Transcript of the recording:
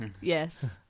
yes